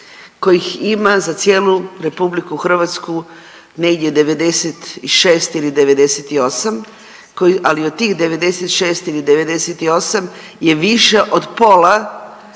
kojih ima za cijelu RH negdje 96 ili 98, ali od tih 96 ili 98 je više od pola